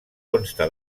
consta